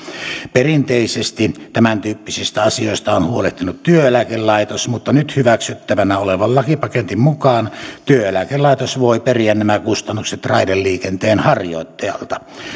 perinteisesti tämäntyyppisistä asioista on on huolehtinut työeläkelaitos mutta nyt hyväksyttävänä olevan lakipaketin mukaan työeläkelaitos voi periä nämä kustannukset raideliikenteenharjoittajalta